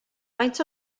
faint